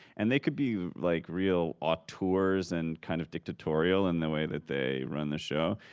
and they could be like real auteurs and kind of dictatorial in the way that they run the show,